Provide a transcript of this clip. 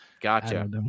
gotcha